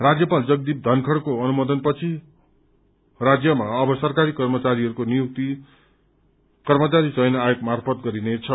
राज्यपाल जगदीप बनखड़को अनुमोदनपदि राज्यमा अब सरकारी कर्मचारीहरूको नियुक्ति कर्मचारी चयन आयोग मार्फत गरिनेछ